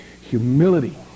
humility